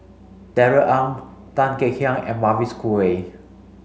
Darrell Ang Tan Kek Hiang and Mavis Khoo Oei